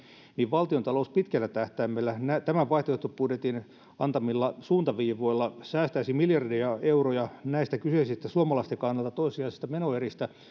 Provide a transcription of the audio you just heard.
valtiontalous pitkällä tähtäimellä tämän vaihtoehtobudjetin antamilla suuntaviivoilla säästäisi miljardeja euroja näistä kyseisistä suomalaisten kannalta toissijaisista menoeristä